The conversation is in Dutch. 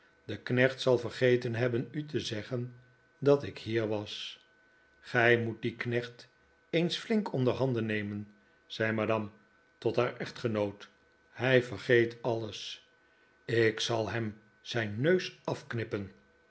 de knecht zal vergeten hebben u te zeggen dat ik hier was gij moet dien knecht eens flink onderhanden nemen zei madame tot haar echtgenoot hij vergeet alles ik zal hem zijn neus afknippen